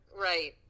Right